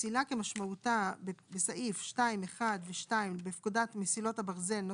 מסילה כמשמעותה בסעיף 2(1) ו-(2) בפקודת מסילות הברזל ,